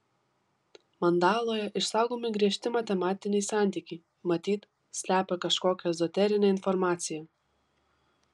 mandaloje išsaugomi griežti matematiniai santykiai matyt slepia kažkokią ezoterinę informaciją